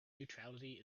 neutrality